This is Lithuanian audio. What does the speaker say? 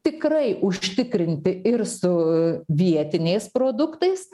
tikrai užtikrinti ir su vietiniais produktais